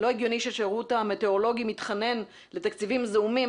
לא הגיוני שהשירות המטאורולוגי מתחנן לתקציבים זעומים